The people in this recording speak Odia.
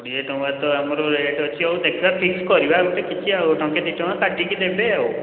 କୋଡ଼ିଏ ଟଙ୍କା ତ ଆମର ରେଟ୍ ଅଛି ହଉ ଦେଖିବା ଫିକ୍ସ୍ କରିବା ଗୋଟେ କିଛି ଆଉ ଟଙ୍କେ ଦୁଇ ଟଙ୍କା କାଟିକି ଦେବେ ଆଉ